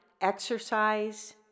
exercise